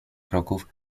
kroków